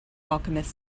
alchemist